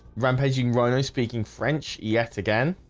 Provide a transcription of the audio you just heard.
rampaging rhino speaking french yet again.